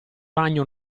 ragno